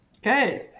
Good